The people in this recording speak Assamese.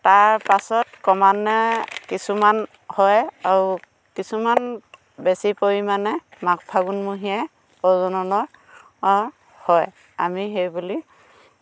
তাৰ পাছত ক্ৰমান্বয়ে কিছুমান হয় আৰু কিছুমান বেছি পৰিমাণে মাঘ ফাগুন মহীয়া প্ৰজননৰ হয় আমি সেইবুলি